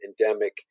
endemic